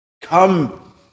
Come